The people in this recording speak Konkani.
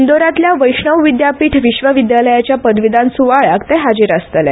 इंदोरांतल्या वैष्णव विद्यापीठ विश्व विद्यालयाच्या पदवीदान सुवाळयाक ते हाजीर आसतले